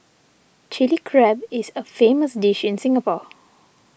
Chilli Crab is a famous dish in Singapore